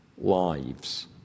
lives